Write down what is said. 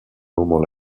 moment